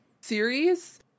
series